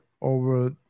over